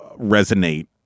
resonate